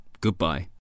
Goodbye